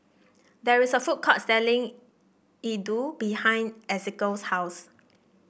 there is a food court selling Iaddu behind Ezequiel's house